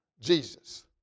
Jesus